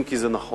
אם כי זה נכון,